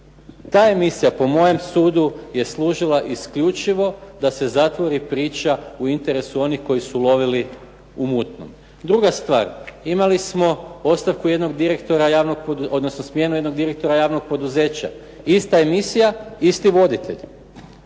ta emisija po mojem sudu je služila isključivo da se zatvori priča u interesu onih koji su lovili u mutnom. Druga stvar. Imali smo ostavku jednog direktora javnog, odnosno smjenu jednog direktora javnog poduzeća. Ista emisija, isti voditelj.